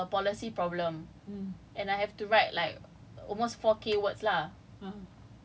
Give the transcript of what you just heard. essay is I have to solve a policy problem and I have to write like